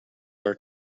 our